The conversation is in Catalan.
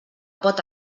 pot